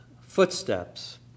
footsteps